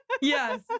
Yes